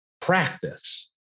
practice